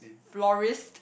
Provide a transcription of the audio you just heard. florist